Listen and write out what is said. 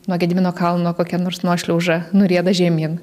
nuo gedimino kalno kokia nors nuošliauža nurieda žemyn